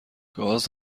گاز